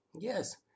yes